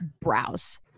browse